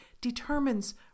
determines